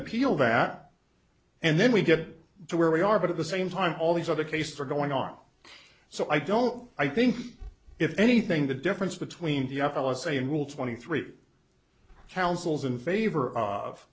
appeal that and then we get to where we are but at the same time all these other cases are going on so i don't i think if anything the difference between the other let's say in rule twenty three counsels in favor of